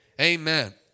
Amen